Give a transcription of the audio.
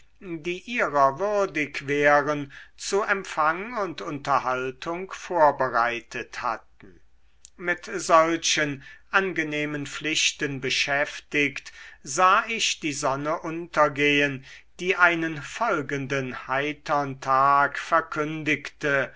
die ihrer würdig wären zu empfang und unterhaltung vorbereitet hatten mit solchen angenehmen pflichten beschäftigt sah ich die sonne untergehen die einen folgenden heitern tag verkündigte